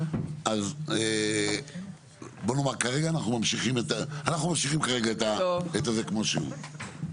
אז בוא נאמר כרגע אנחנו ממשיכים את זה כמו שהוא.